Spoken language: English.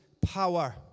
power